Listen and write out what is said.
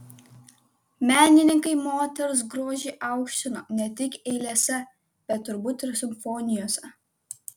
menininkai moters grožį aukštino ne tik eilėse bet turbūt ir simfonijose